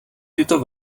tyto